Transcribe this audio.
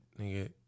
nigga